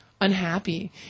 unhappy